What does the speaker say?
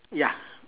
ya